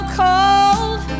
cold